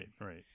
right